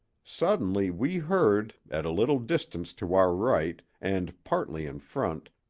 suddenly we heard, at a little distance to our right and partly in front,